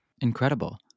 Incredible